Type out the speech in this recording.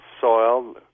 soil